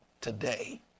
today